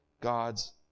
God's